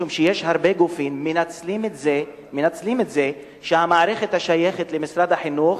משום שיש הרבה גופים שמנצלים את זה שהמערכת השייכת למשרד החינוך,